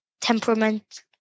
temperament